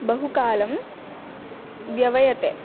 बहुकालं व्यवयते